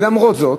ולמרות זאת,